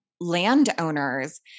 landowners